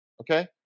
Okay